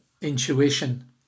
intuition